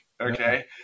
Okay